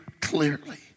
clearly